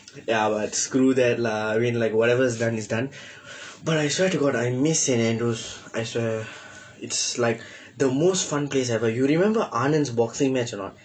ya but screw that lah I mean like whatever is done is done but I swear to god I miss saint andrews's I swear it's like the most fun place ever you remember anand's boxing match or not